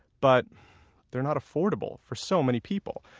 but they're not affordable for so many people.